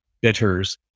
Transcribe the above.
bitters